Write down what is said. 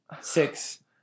six